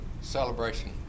celebration